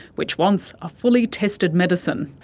which wants a fully tested medicine.